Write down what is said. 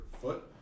foot